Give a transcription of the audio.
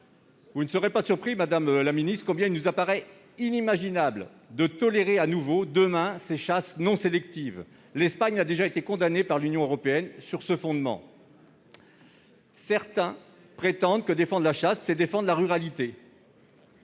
Vous n'en serez pas surprise, madame la secrétaire d'État, mais il nous paraît totalement inimaginable de tolérer demain, à nouveau, ces chasses non sélectives. L'Espagne a déjà été condamnée par l'Union européenne sur ce fondement. Certains prétendent que, défendre la chasse, c'est défendre la ruralité,